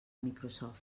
microsoft